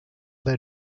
their